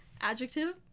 Adjective